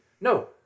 no